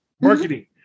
marketing